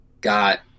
got